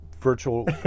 virtual